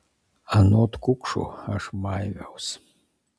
anot kukšo aš maiviaus